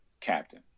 captain